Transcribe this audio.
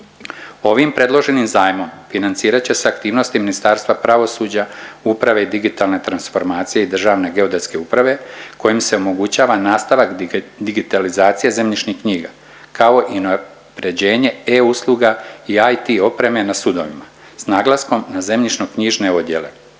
Ovim predloženim zajmom financirat će se aktivnosti Ministarstva pravosuđa, uprave i digitalne transformacije i DGU kojim se omogućava nastavak digitalizacije zemljišnih knjiga kao i unapređenje e-Usluga i IT opreme na sudovima, s naglaskom na zemljišno-knjižne odjele.